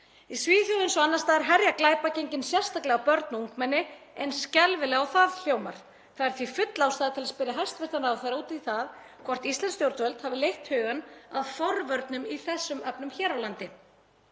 Í Svíþjóð eins og annars staðar herja glæpagengin sérstaklega á börn og ungmenni, eins skelfilega og það hljómar. Það er því full ástæða til að spyrja hæstv. ráðherra út í það hvort íslensk stjórnvöld hafi leitt hugann að forvörnum í þessum efnum hér á landi.